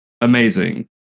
amazing